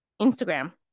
Instagram